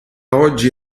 oggi